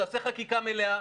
תעשה חקיקה מלאה,